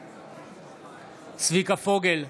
נגד צביקה פוגל,